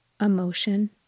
emotion